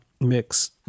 mix